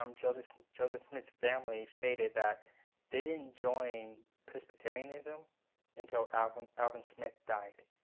um joseph joseph smith's family stated that they didn't join presbyterianism until alvin alvin smith died.